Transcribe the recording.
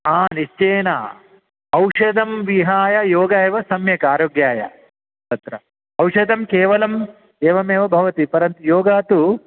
हा निश्चयेन औषधं विहाय योगः एव सम्यक् आरोग्याय तत्र औषधं केवलम् एवमेव भवति परन्तु योगः तु